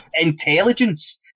intelligence